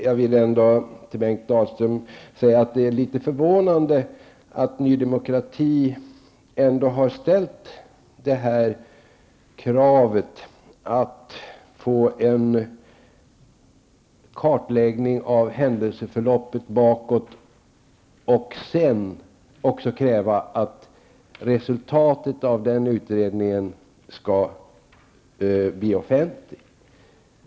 Jag vill ändå säga till Bengt Dalström att det är litet förvånande att Ny Demokrati har ställt kravet att man skall få en kartläggning av händelseförloppet bakåt samt att resultatet av utredningen skall bli offentligt.